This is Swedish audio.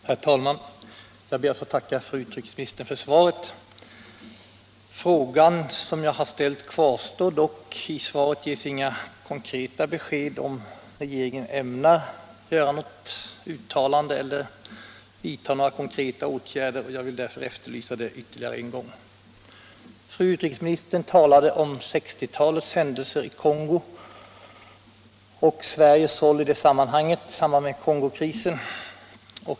Herr talman! Jag ber att få tacka fru utrikesministern för svaret. Den fråga jag ställt kvarstår dock — i svaret ges inga konkreta besked, om regeringen ämnar göra något uttalande eller vidta några konkreta åtgärder. Jag vill därför efterlysa det svaret ytterligare en gång. Fru utrikesministern talade om 1960-talets händelser i Kongo och Sveriges roll i samband med Kongokrisen.